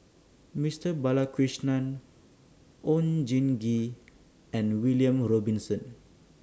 Mister Balakrishnan Oon Jin Gee and William Robinson